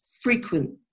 frequent